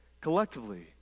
collectively